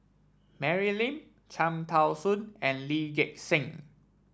Mary Lim Cham Tao Soon and Lee Gek Seng